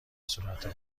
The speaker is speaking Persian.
صورت